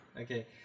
okay